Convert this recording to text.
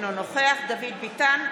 אינו נוכח דוד ביטן,